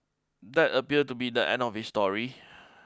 that appear to be the end of his story